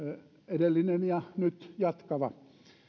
edellinen ja nyt jatkava